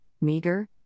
meager